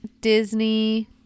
Disney